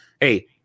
Hey